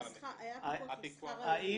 היה פיקוח על שכר הלימוד.